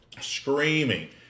screaming